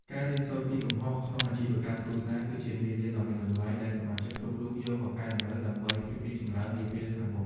ការរៀនសូត្រពីកំហុសក្នុងអាជីវកម្មគ្រួសារ គឺជាមេរៀនដ៏មានតម្លៃដែលសមាជិកគ្រប់រូបយកមកកែតម្រូវដើម្បីភាពរីកចម្រើននាពេលខាងមុខ។